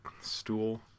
stool